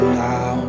now